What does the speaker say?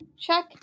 check